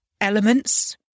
elements